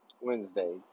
Wednesday